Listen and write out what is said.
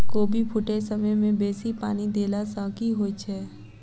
कोबी फूटै समय मे बेसी पानि देला सऽ की होइ छै?